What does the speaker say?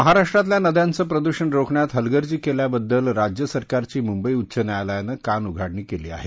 महाराष्ट्रातल्या नद्यांचं प्रदुषण रोखण्यात हलगर्जी केल्याबद्दल राज्यसरकारची मुंबई उच्च न्यायालयानं कानउघडणी केली आहे